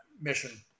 mission